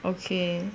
okay